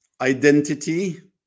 identity